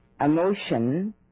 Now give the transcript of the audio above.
emotion